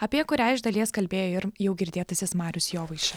apie kurią iš dalies kalbėjo ir jau girdėtasis marius jovaiša